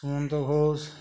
Sumanta Ghosh